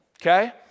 Okay